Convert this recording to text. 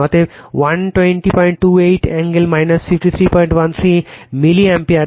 অতএব 12028 angle 5313o milliampere